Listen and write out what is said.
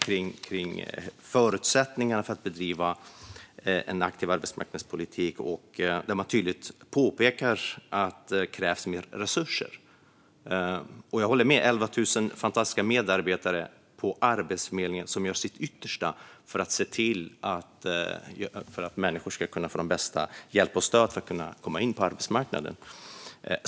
Här tas förutsättningarna för att bedriva en aktiv arbetsmarknadspolitik upp, och man påpekar tydligt att det krävs mer resurser. Jag håller med. Arbetsförmedlingens 11 000 fantastiska medarbetare gör sitt yttersta för att ge människor bästa tänkbara stöd och hjälp att komma in på arbetsmarknaden.